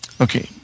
Okay